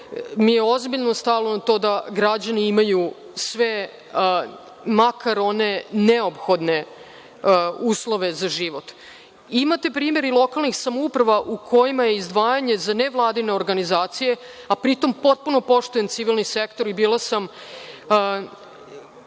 mi je ozbiljno stalo da građani imaju sve, makar one neophodne uslove za život. Imate primer i lokalnih samouprava u kojima je izdvajanje za nevladine organizacije, a pritom potpuno poštujem civilni sektor i bila sam